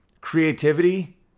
creativity